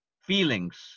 feelings